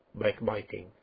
backbiting